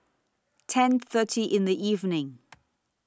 ten thirty in The evening